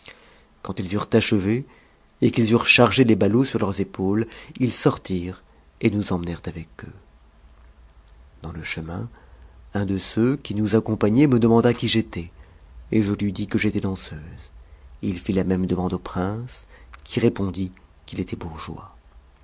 quand ils eurent achevé et qu'ils eurent chargé les ballots sur leurs épaules ils sortirent et nous emmenèrent avec eux dansée chemin un de ceux qui nous accompagnaient me demanda qui j'étais et je lui disque j'étais danseuse il fit la même demande au prince qui répondit qu'il était